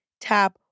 tap